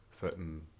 certain